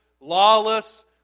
lawless